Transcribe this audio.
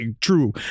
True